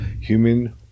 human